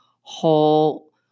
whole